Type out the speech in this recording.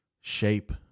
shape